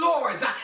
Lords